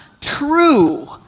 true